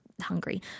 hungry